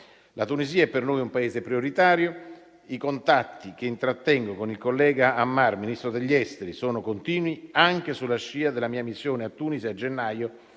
La Tunisia è per noi un Paese prioritario. I contatti che intrattengo con il collega Ammar, ministro degli esteri, sono continui, anche sulla scia della mia missione a Tunisi a gennaio